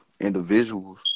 individuals